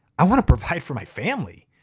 i wanna provide for my family.